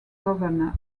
governor